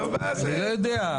אני לא יודע.